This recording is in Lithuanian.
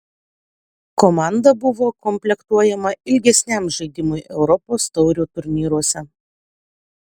komanda buvo komplektuojama ilgesniam žaidimui europos taurių turnyruose